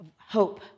hope